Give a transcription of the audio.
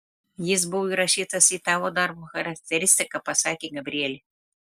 jis bus įrašytas į tavo darbo charakteristiką pasakė gabrielė